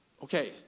Okay